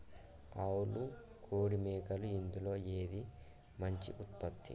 ఆవులు కోడి మేకలు ఇందులో ఏది మంచి ఉత్పత్తి?